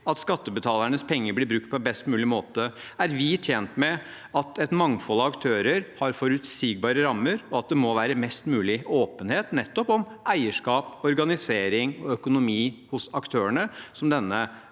at skattebetalernes penger blir brukt på best mulig måte, er vi tjent med at et mangfold av aktører har forutsigbare rammer, og at det er mest mulig åpenhet om eierskap, organisering og økonomi hos aktørene, som denne